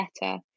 better